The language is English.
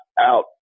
out